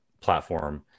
platform